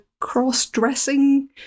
cross-dressing